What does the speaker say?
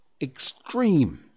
extreme